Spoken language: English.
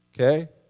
okay